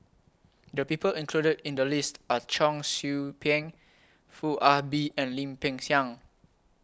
The People included in The list Are Cheong Soo Pieng Foo Ah Bee and Lim Peng Siang